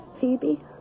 Phoebe